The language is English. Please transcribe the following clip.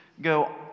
go